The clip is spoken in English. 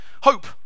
Hope